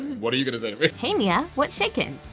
what are you gonna say to me. hey mia, what's shakin?